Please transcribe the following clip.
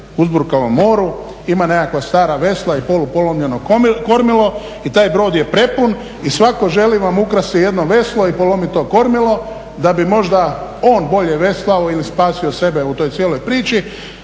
uzbrkanom moru ima nekakva stara vesla i polupolomljeno kormilo i taj brod je prepun i svatko želi vam ukrasti jedno veslo i polomiti to kormilo da bi možda on bolje veslao ili spasio sebe u toj cijeloj priči.